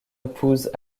épouse